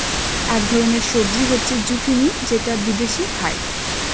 এক ধরনের সবজি হচ্ছে জুকিনি যেটা বিদেশে খায়